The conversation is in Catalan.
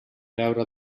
beure